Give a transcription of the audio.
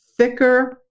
Thicker